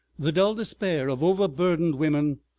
the dull despair of overburdened women,